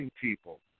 people